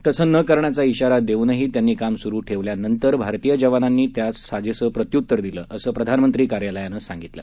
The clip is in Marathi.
तसं न करण्याचा इशारा देऊनही त्यांनी काम सुरूच ठेवल्यानंतर भारतीय जवानांनी त्यांना साजेसं प्रत्यूतर दिलं असं प्रधानमंत्री कार्यालयानं आज सांगितलं